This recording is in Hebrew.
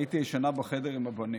הייתי ישנה בחדר עם הבנים.